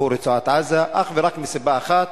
שהוא רצועת-עזה, אך ורק מסיבה אחת,